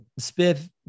Spiff